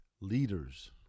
leaders